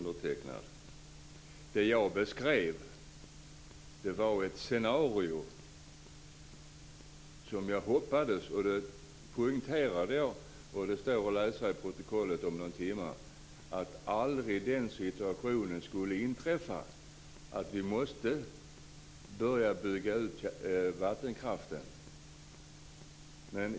Vad jag beskrev var ett scenario - det poängterade jag och det går att läsa i protokollet om någon timme - och jag sade att jag hoppades att aldrig den situationen skulle inträffa att vi måste börja bygga ut vattenkraften.